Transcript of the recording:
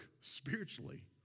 spiritually